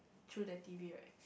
through the T_V right